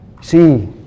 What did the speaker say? See